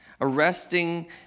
arresting